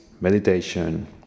meditation